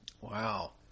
Wow